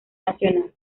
nacional